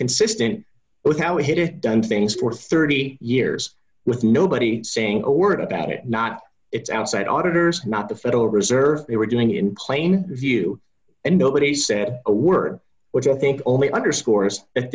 consistent with how we had it done things for thirty years with nobody saying a word about it not it's outside auditors not the federal reserve they were doing it in clane view and nobody said a word which i think only underscores that